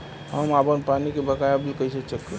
हम आपन पानी के बकाया बिल कईसे चेक करी?